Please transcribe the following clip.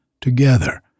Together